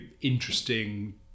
interesting